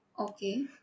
Okay